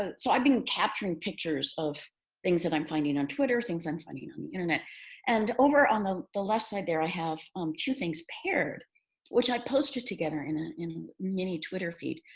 and so i've been capturing pictures of things that i'm finding on twitter, things i'm finding on the internet and over on the the left side there i have um two things paired which i posted together in a in mini twitter feed.